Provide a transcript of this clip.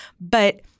But-